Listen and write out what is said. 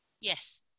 yes